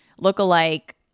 look-alike